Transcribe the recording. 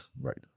Right